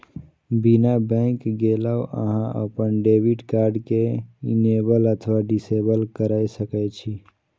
बिना बैंक गेलो अहां अपन डेबिट कार्ड कें इनेबल अथवा डिसेबल कैर सकै छी